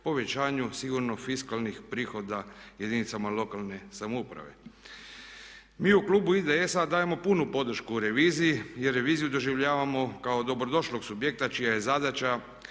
povećanju sigurno fiskalnih prihoda jedinicama lokalne samouprave. Mi u klubu IDS-a dajemo punu podršku reviziji jer reviziju doživljavamo kao dobro došlog subjekta čija je zadaća